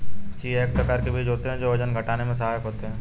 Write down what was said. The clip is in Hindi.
चिया एक प्रकार के बीज होते हैं जो वजन घटाने में सहायक होते हैं